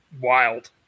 wild